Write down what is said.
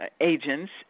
agents